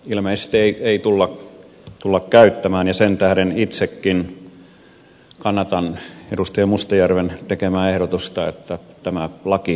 sitä ei koskaan ilmeisesti tulla käyttämään ja sen tähden itsekin kannatan edustaja mustajärven tekemää ehdotusta että tämä laki hylätään